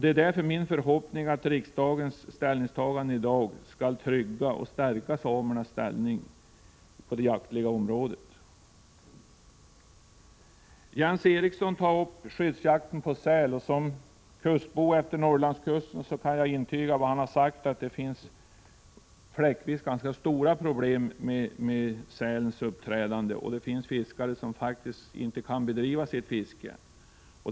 Det är därför min förhoppning att riksdagens ställningstagande i dag skall trygga och stärka samernas ställning på det jaktliga området. Jens Eriksson har tagit upp frågan om skyddsjakten på säl. Som boende vid Norrlandskusten kan jag intyga riktigheten av vad han har sagt, nämligen att det fläckvis är ganska stora problem när det gäller sälens uppträdande. Vissa fiskare kan faktiskt inte bedriva sitt fiske på grund härav.